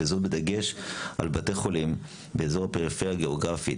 וזאת בדגש על בתי חולים באזור הפריפריה הגיאוגרפית,